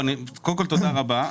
תודה רבה.